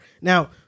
Now